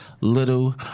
Little